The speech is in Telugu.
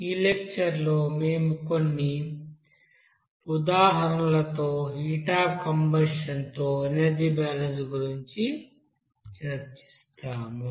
ఈ లెక్చర్ లో మేము కొన్నిఉదాహరణలతో హీట్ అఫ్ కంబషన్ తో ఎనర్జీ బాలన్స్ గురించి చర్చిస్తాము